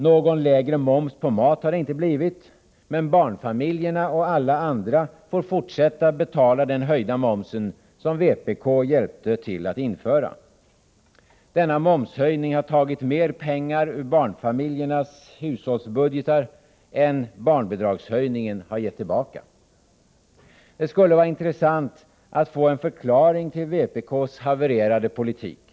Någon lägre moms på mat har det inte blivit, men barnfamiljerna och alla andra får fortsätta att betala den höjda momsen, som vpk hjälpte till att införa. Denna momshöjning har tagit mer pengar ur barnfamiljernas hushållsbudgetar än barnbidragshöjningen har gett tillbaka. Det skulle vara intressant att få en förklaring till vpk:s havererade politik.